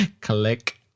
Click